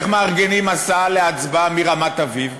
איך מארגנים הסעה להצבעה מרמת-אביב?